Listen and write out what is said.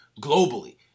globally